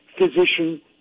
physician